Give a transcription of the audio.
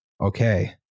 Okay